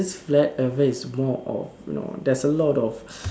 this flat earther is more of you know there's a lot of